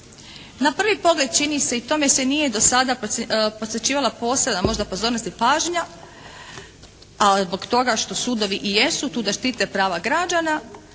na prvi pogled čini se i tome se nije do sada posvećivala posebna možda pozornost ili pažnja ali zbog toga što sudovi i jesu tu da štite prava građana